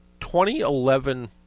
2011